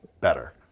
better